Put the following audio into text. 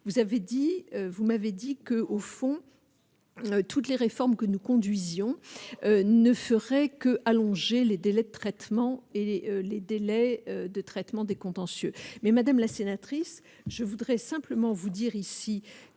vous m'avez dit que, au fond, toutes les réformes que nous conduisons ne ferait que allonger les délais de traitement et les délais de traitement des contentieux mais madame la sénatrice, je voudrais simplement vous dire ici